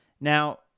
Now